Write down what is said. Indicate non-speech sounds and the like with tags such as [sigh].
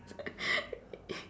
[laughs]